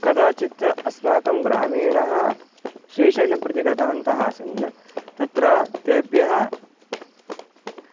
कदाचित् अस्माकं ग्रामीणः श्रीशैलं प्रति गतवन्तः आसन् तत्र तेभ्यः